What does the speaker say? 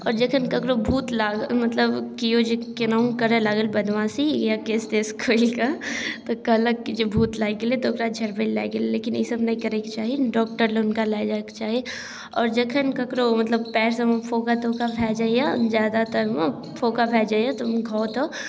आओर जखन ककरो भूत लागल मतलब केओ जे कोनाहु करऽ लागल बदमाशी या केश तेश खोलिकऽ तऽ कहलक कि जे भूत लागि गेलै तऽ ओकरा झड़बैलए लऽ गेल लेकिन ईसब नहि करैके चाही डॉक्टरलग हुनका लऽ जाएके चाही आओर जखन ककरो मतलब पएरसबमे फोका तोका भऽ जाइए ज्यादातरमे फोका भऽ जाइए तऽ हुनका एतऽ